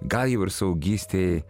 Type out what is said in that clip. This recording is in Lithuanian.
gal jau ir suaugystėj